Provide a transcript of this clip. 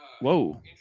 whoa